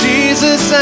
Jesus